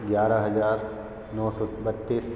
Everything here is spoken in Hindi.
ग्यारह हजार नौ सौ बत्तीस